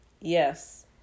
Yes